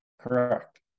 correct